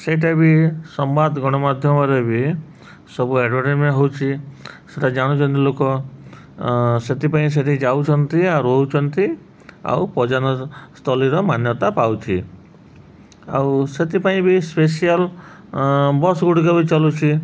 ସେଇଟା ବି ସମ୍ବାଦ ଗଣମାଧ୍ୟମରେ ବି ସବୁ ଆଡ଼ଭଟାଇଜମେଣ୍ଟ ହଉଛି ସେଟା ଜାଣୁଛନ୍ତି ଲୋକ ସେଥିପାଇଁ ସେଠି ଯାଉଛନ୍ତି ଆଉ ରହୁଛନ୍ତି ଆଉ ପର୍ଯ୍ୟଟନ ସ୍ଥଳୀର ମାନ୍ୟତା ପାଉଛି ଆଉ ସେଥିପାଇଁ ବି ସ୍ପେସିଆଲ ବସ୍ ଗୁଡ଼ିକ ବି ଚଲୁଛି